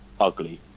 ugly